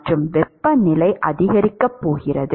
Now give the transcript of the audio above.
மற்றும் வெப்பநிலை அதிகரிக்கப் போகிறது